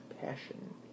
passion